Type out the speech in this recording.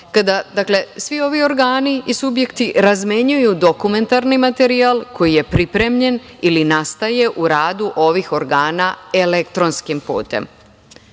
kada svi ovi organi i subjekti razmenjuju dokumentarni materijal koji je pripremljen ili nastaje u radu ovih organa elektronskim putem. Na